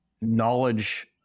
knowledge